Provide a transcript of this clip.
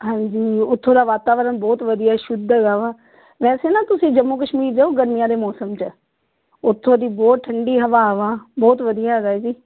ਹਾਂਜੀ ਉੱਥੋਂ ਦਾ ਵਾਤਾਵਰਨ ਬਹੁਤ ਵਧੀਆ ਸ਼ੁੱਧ ਹੈਗਾ ਵਾ ਵੈਸੇ ਨਾ ਤੁਸੀਂ ਜੰਮੂ ਕਸ਼ਮੀਰ ਜਾਓ ਗਰਮੀਆਂ ਦੇ ਮੌਸਮ 'ਚ ਉੱਥੋਂ ਦੀ ਬਹੁਤ ਠੰਡੀ ਹਵਾਵਾਂ ਬਹੁਤ ਵਧੀਆ ਹੈਗਾ ਏ ਜੀ